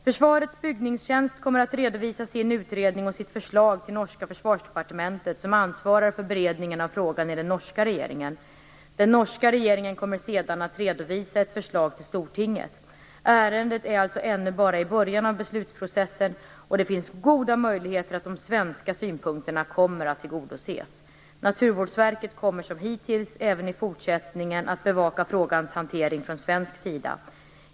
Forsvarets Bygningstjenste kommer att redovisa sin utredning och sitt förslag till norska försvarsdepartementet som ansvarar för beredningen av frågan i den norska regeringen. Den norska regeringen kommer sedan att redovisa ett förslag till stortinget. Ärendet är alltså ännu bara i början av beslutsprocessen, och det finns goda möjligheter att de svenska synpunkterna kommer att tillgodoses. Naturvårdsverket kommer som hittills även i fortsättningen att bevaka frågans hantering från svensk sida.